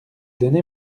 donné